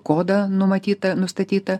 kodą numatytą nustatyta